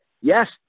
yes